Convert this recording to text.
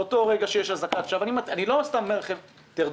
באותו רגע שיש אזעקת שווא אני לא סתם אומר לכם "תרדו",